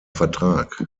vertrag